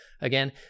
again